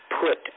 put